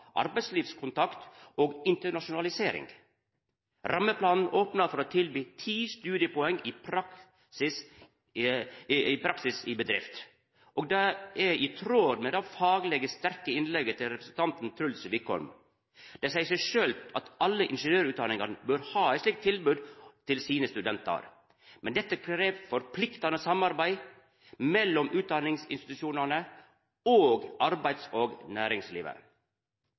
tilby 10 studiepoeng praksis i bedrift. Det er i tråd med det fagleg sterke innlegget til representanten Truls Wickholm. Det seier seg sjølv at alle ingeniørutdanningane bør ha eit slikt tilbod til sine studentar, men dette krev forpliktande samarbeid mellom utdanningsinstitusjonane og arbeids- og næringslivet.